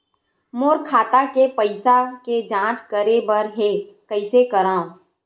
मोर खाता के पईसा के जांच करे बर हे, कइसे करंव?